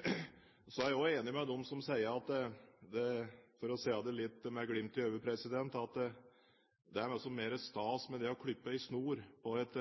Så er jeg også enig med dem som sier – for å si det med glimt i øyet – at det liksom er mer stas å klippe en snor på et